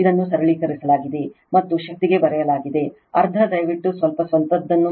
ಇದನ್ನು ಸರಳೀಕರಿಸಲಾಗಿದೆ ಮತ್ತು ಶಕ್ತಿಗೆ ಬರೆಯಲಾಗಿದೆ ಅರ್ಧ ದಯವಿಟ್ಟು ಸ್ವಲ್ಪ ಸ್ವಂತದ್ದನ್ನು ಮಾಡಿ